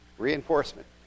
Reinforcement